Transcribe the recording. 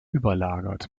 überlagert